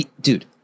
Dude